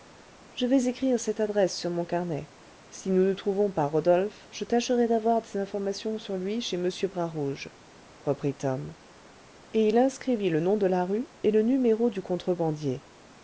je vais écrire cette adresse sur mon carnet si nous ne trouvons pas rodolphe je tâcherai d'avoir des informations sur lui chez m bras rouge reprit tom et il inscrivit le nom de la rue et le numéro du contrebandier